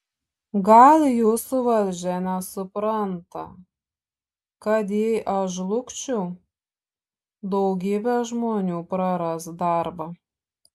gal jūsų valdžia nesupranta kad jei aš žlugčiau daugybė žmonių praras darbą